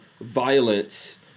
violence